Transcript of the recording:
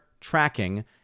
tracking